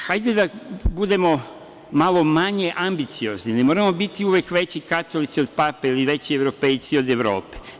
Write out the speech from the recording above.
Hajde da budemo malo manje ambiciozni, ne moramo biti uvek veći katolici od pape ili veći evropejci od Evrope.